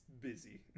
busy